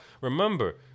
remember